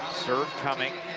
serve coming